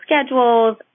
schedules